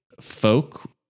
folk